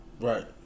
Right